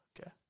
Okay